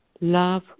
love